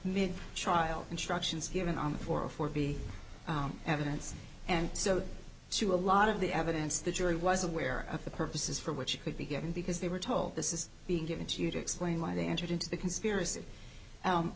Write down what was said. mid child instructions given off for a four b evidence and so to a lot of the evidence the jury was aware of the purposes for which it could be given because they were told this is being given to you to explain why they entered into the conspiracy